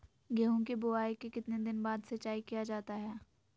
गेंहू की बोआई के कितने दिन बाद सिंचाई किया जाता है?